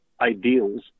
ideals